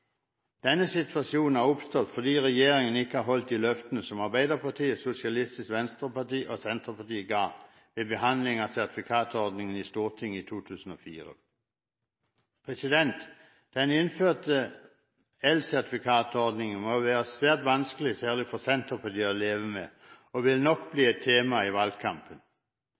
Denne situasjonen har oppstått fordi regjeringen ikke har holdt de løftene som Arbeiderpartiet, Sosialistisk Venstreparti og Senterpartiet ga ved behandling av sertifikatordningen i Stortinget i 2004. Den innførte elsertifikatordningen må være svært vanskelig, særlig for Senterpartiet, å leve med, og den vil nok bli et tema i valgkampen.